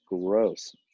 Gross